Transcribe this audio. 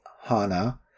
Hana